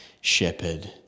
shepherd